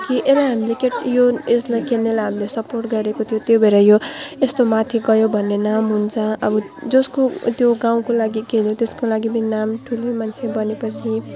कि यसलाई हामीले केट यो यसलाई खेल्नेलाई हामीले सपोर्ट गरेको थियो त्यही भएर यो यस्तो माथि गयो भन्ने नाम हुन्छ अब जसको त्यो गाउँको लागि खेल्यो त्यसको लागि पनि नाम ठुलै मान्छ बनेपछि